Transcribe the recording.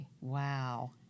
Wow